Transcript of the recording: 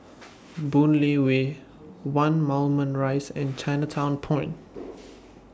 Boon Lay Way one Moulmein Rise and Chinatown Point